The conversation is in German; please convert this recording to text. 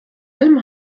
allem